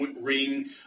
ring